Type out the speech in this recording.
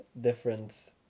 difference